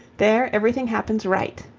there everything happens right,